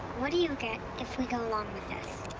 what do you get if we go along with this?